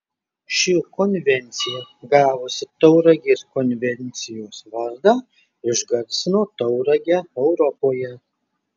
ši konvencija gavusi tauragės konvencijos vardą išgarsino tauragę europoje